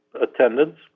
attendance